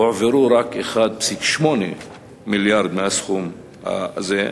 הועברו רק 1.8 מיליארד מהסכום הזה,